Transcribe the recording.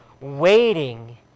waiting